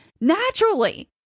naturally